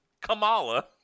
Kamala